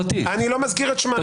אני לא מזכיר את שמם --- אין בעיה,